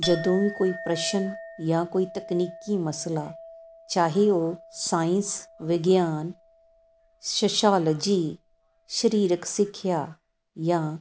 ਜਦੋਂ ਵੀ ਕੋਈ ਪ੍ਰਸ਼ਨ ਜਾਂ ਕੋਈ ਤਕਨੀਕੀ ਮਸਲਾ ਚਾਹੇ ਉਹ ਸਾਇੰਸ ਵਿਗਿਆਨ ਸ਼ਸੋਲੋਜੀ ਸਰੀਰਕ ਸਿੱਖਿਆ ਜਾਂ